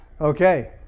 okay